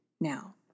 now